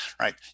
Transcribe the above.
right